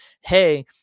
Hey